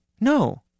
No